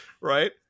right